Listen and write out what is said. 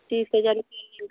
तीस हज़ार